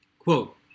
Quote